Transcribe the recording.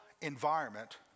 environment